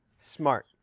Smart